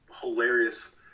hilarious